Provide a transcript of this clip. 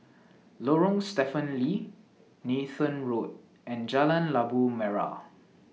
Lorong Stephen Lee Nathan Road and Jalan Labu Merah